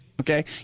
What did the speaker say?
Okay